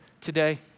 today